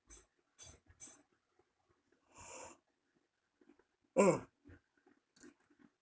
uh